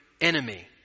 enemy